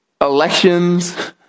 elections